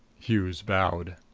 hughes bowed.